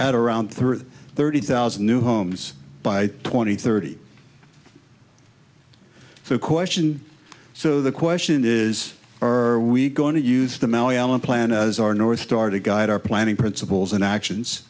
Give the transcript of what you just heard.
at around thirty thirty thousand new homes by twenty thirty so question so the question is are we going to use the mellon plan as our north star to guide our planning principles and actions